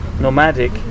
nomadic